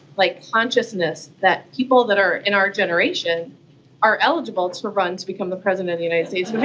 like, consciousness that people that are in our generation are eligible to run to become the president of the united states but